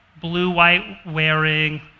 blue-white-wearing